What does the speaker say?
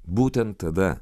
būtent tada